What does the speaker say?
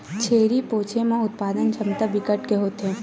छेरी पोछे म उत्पादन छमता बिकट के होथे